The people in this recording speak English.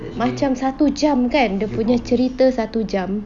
macam satu jam kan dia punya cerita satu jam